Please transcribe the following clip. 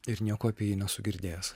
ir nieko apie jį nesu girdėjęs